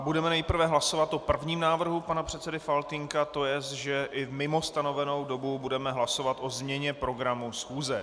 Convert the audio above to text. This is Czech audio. Budeme nejprve hlasovat o prvním návrhu pana předsedy Faltýnka, to jest, že i mimo stanovenou dobu budeme hlasovat o změně programu schůze.